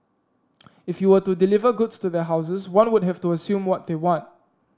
if you were to deliver goods to their houses one would have to assume what they want